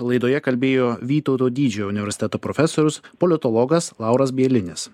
laidoje kalbėjo vytauto didžiojo universiteto profesorius politologas lauras bielinis